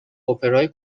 اپرای